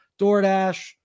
DoorDash